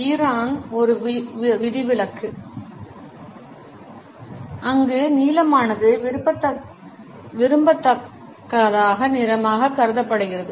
Iran ஒரு விதிவிலக்கு அங்கு நீலமானது விரும்பத்தகாத நிறமாக கருதப்படுகிறது